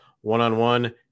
one-on-one